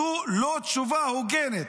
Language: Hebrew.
זו לא תשובה הוגנת.